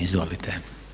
Izvolite.